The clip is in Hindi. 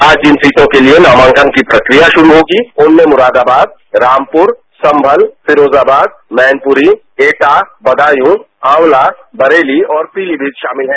आज जिन सीटों के लिए नामांकन की प्रक्रिया शुरू होगी उनमें मुरादाबाद रामपुर सम्भल फिरोजाबाद मैनपुरी एटा बदायूं आंवला बरेली और पीलीमीतशामिल हैं